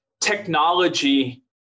technology